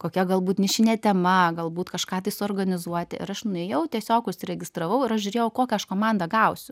kokia galbūt nišinė tema galbūt kažką tai suorganizuoti ir aš nuėjau tiesiog užsiregistravau ir aš žiūrėjau kokią aš komandą gausiu